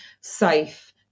safe